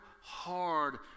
hard